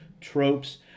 tropes